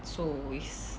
so was~